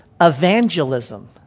evangelism